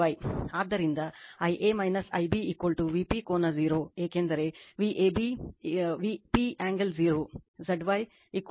ಆದ್ದರಿಂದ Ia Ib Vp ಕೋನ 0 ಏಕೆಂದರೆ Vab Vp angle 0 zy VL angle 0 Zy